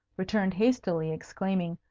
returned hastily, exclaiming,